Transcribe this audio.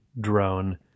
drone